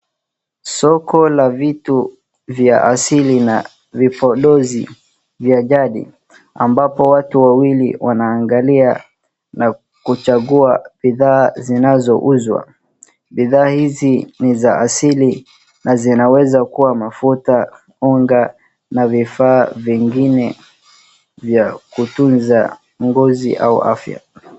Soko la vitu vya asili na vipondekezi vya jadi ambapo watu wawili wanangalia na kuchangua bidhaa zinazouzwa .Bidhaa hizi ni za asili na zinaweza kuwa mafuta ,unga na vifaa vingine za kutunza ngozi au afya.